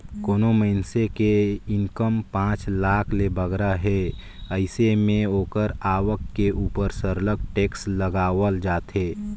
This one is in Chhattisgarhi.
कोनो मइनसे के इनकम पांच लाख ले बगरा हे अइसे में ओकर आवक के उपर सरलग टेक्स लगावल जाथे